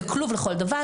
זה כלוב לכל דבר,